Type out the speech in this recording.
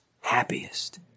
happiest